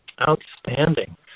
Outstanding